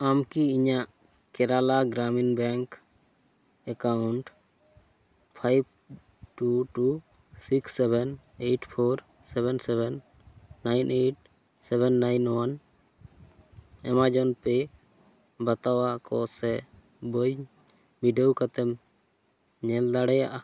ᱟᱢᱠᱤ ᱤᱧᱟᱹᱜ Kerala Gramin bank account five two two six seven eight four seven seven nine eight seven nine one Amazon pay ᱵᱟᱛᱟᱣᱟ ᱠᱚ ᱥᱮᱵᱟᱝ ᱵᱤᱰᱟᱹᱣ ᱠᱟᱛᱮᱢ ᱧᱮᱞ ᱫᱟᱲᱮᱭᱟᱜᱼᱟ